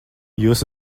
jūs